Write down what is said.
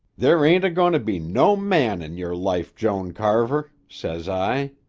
there ain't a-goin to be no man in yer life, joan carver says i